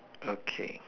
okay